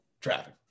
Traffic